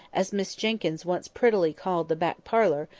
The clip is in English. as miss jenkyns once prettily called the back parlour,